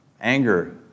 anger